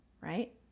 right